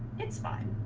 it's not